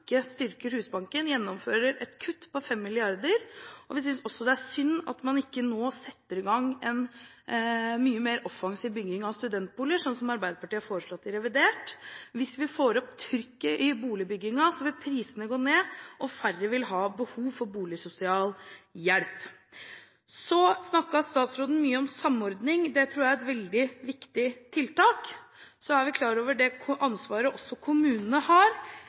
regjeringen styrker Husbanken, og at de gjennomfører et kutt på 5 mrd. kr. Vi synes også det er synd at man ikke nå setter i gang en mye mer offensiv bygging av studentboliger, slik Arbeiderpartiet har foreslått i revidert. Hvis vi får opp trykket i boligbyggingen, vil prisene gå ned, og færre vil ha behov for boligsosial hjelp. Statsråden snakket mye om samordning. Det tror jeg er et veldig viktig tiltak. Vi er klar over det ansvaret også kommunene har.